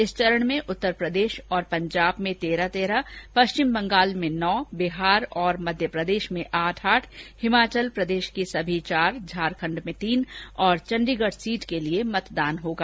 इस चरण में उत्तर प्रदेश और पंजाब में तेरह तेरह पश्चिम बंगाल में नौ बिहार और मध्य प्रदेश में आठ आठ हिमाचल की सभी चार झारखंड में तीन और चंडीगढ़ सीट के लिये मतदान होगा